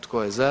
Tko je za?